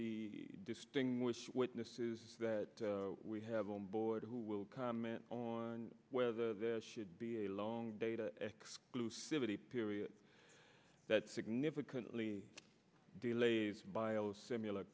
the distinguished witnesses that we have on board who will comment on whether this should be a long data exclusivity period that significantly delays biosimilar